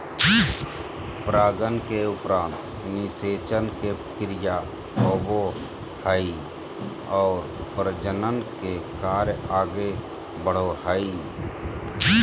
परागन के उपरान्त निषेचन के क्रिया होवो हइ और प्रजनन के कार्य आगे बढ़ो हइ